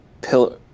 Pillar